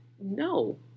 no